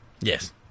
Yes